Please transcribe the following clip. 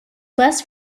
west